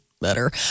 Better